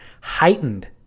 heightened